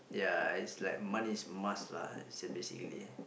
ya it's like money is a must lah it's a basically